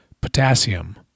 Potassium